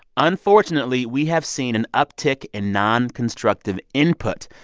unfortunately, we have seen an uptick in nonconstructive input,